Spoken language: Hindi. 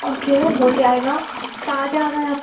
ओके हो जाएगा कहाँ जाना है आपको